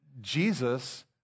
Jesus